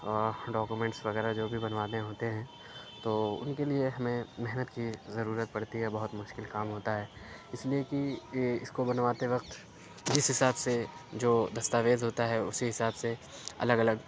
اور ڈوکیومنٹس وغیرہ جو بھی بنوانے ہوتے ہیں تو اُن کے لیے ہمیں محنت کی ضرورت پڑتی ہے بہت مشکل کام ہوتا ہے اِس لیے کہ یہ اِس کو بنواتے وقت جس حساب سے جو دستاویز ہوتا ہے اُسی حساب سے الگ الگ